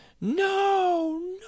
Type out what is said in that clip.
No